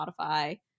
Spotify